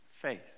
faith